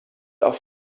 auf